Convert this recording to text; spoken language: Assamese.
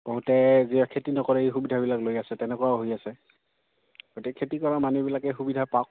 বহুতে যিয়ে খেতি নকৰে এই সুবিধাবিলাক লৈ আছে তেনেকুৱাও হৈ আছে গতিকে খেতি কৰা মানুহবিলাকে সুবিধা পাওক